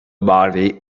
body